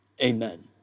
Amen